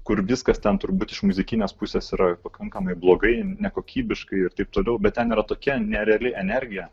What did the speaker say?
kur viskas ten turbūt iš muzikinės pusės yra pakankamai blogai nekokybiškai ir taip toliau bet ten yra tokia nereali energija